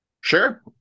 Sure